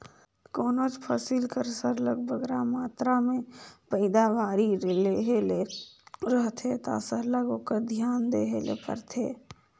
कोनोच फसिल कर सरलग बगरा मातरा में पएदावारी लेहे ले रहथे ता सरलग ओकर धियान देहे ले परथे